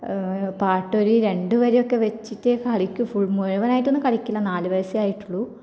പാട്ടൊരു രണ്ടുവരിയൊക്കെ വെച്ചിട്ട് കളിക്കും ഫുള് മുഴുവനായിട്ടൊന്നും കളിക്കില്ല നാല് വയസ്സേ ആയിട്ടുള്ളൂ